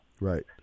Right